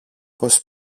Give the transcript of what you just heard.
πως